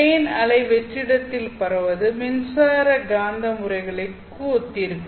plane அலை வெற்றிடத்தில் பரவுவது மின்சார காந்த முறைகளுக்கு ஒத்திருக்கும்